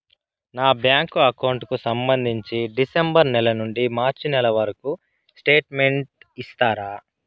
నా bank account కు సంబంధించి డిసెంబరు నెల నుండి మార్చి నెలవరకు స్టేట్మెంట్ ఇస్తారా?